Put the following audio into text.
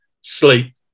sleep